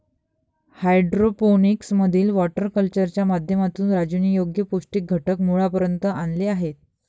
hydroponics मधील water कल्चरच्या माध्यमातून राजूने योग्य पौष्टिक घटक मुळापर्यंत आणले आहेत